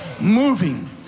moving